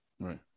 right